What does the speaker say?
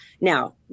Now